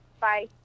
Bye